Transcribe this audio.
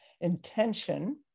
intention